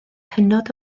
hynod